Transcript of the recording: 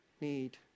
need